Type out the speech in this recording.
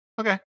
Okay